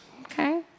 Okay